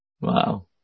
wow